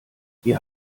wir